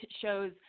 shows